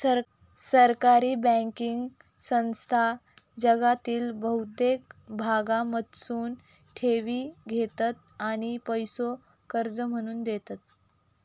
सहकारी बँकिंग संस्था जगातील बहुतेक भागांमधसून ठेवी घेतत आणि पैसो कर्ज म्हणून देतत